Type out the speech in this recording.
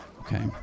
Okay